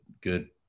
good